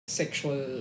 sexual